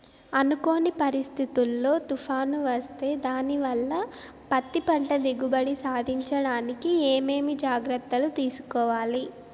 అనుకోని పరిస్థితుల్లో తుఫాను వస్తే దానివల్ల పత్తి పంట దిగుబడి సాధించడానికి ఏమేమి జాగ్రత్తలు తీసుకోవాలి?